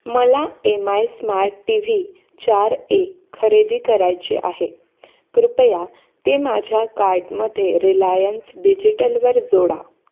मला M I smart T V चार एक खरेदी करायचे आहे कृपया ते माझ्या कार्टमध्ये रिलायन्स डिजिटलवर जोडा